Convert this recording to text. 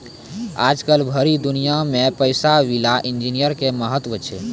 आजकल भरी दुनिया मे पैसा विला इन्जीनियर के महत्व छै